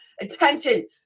attention